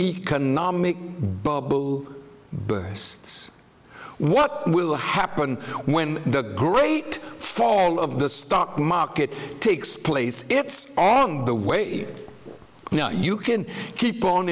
economic bubble bursts what will happen when the great fall of the stock market takes place it's all on the way you can keep on